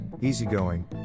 easygoing